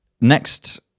Next